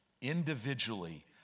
individually